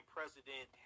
President